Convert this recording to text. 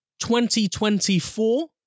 2024